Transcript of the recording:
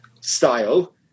style